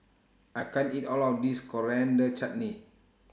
I can't eat All of This Coriander Chutney